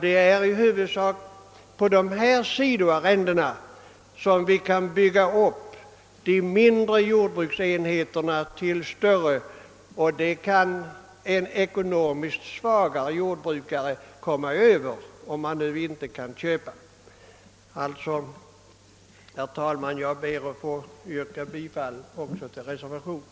Det är i huvudsak på sidoarrendena som de mindre jordbruksenheterna kan byggas upp till större, och det bör en ekonomiskt svagare jordbrukare klara om han nu inte kan köpa. Jag ber alltså, herr talman, att få yrka bifall till reservationen.